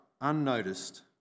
unnoticed